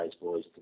boys